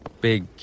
big